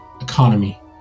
economy